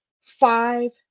five